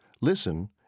Listen